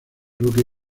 roque